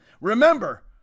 remember